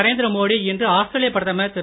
நரேந்திர மோடி இன்று ஆஸ்திரேலியா பிரதமர் திரு